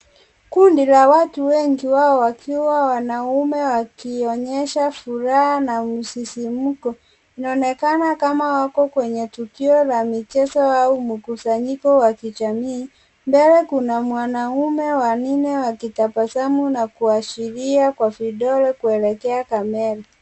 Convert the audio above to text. Kundi la watu wengi wao wakiwa wanaume wakionyesha furaha na msisimko, inaonekana kama wako kwenye tukio la michezo au mkusanyiko wa kijamii, mbele kuna mwanaume wanne wakitabasamu na kuashiria kwa vidole kuelekea kamera.